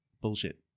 bullshit